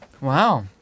Wow